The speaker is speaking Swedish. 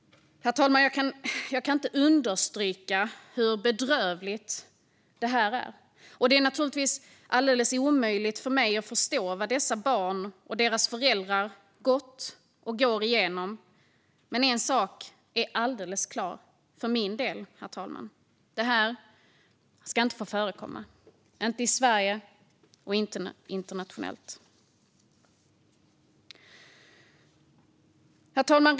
Herr talman! Jag kan inte nog understryka hur bedrövligt detta är, och det är alldeles omöjligt för mig att förstå vad dessa barn och deras föräldrar har gått och går igenom. Men en sak är alldeles klar för min del, herr talman: Detta ska inte få förekomma, inte i Sverige och inte internationellt. Herr talman!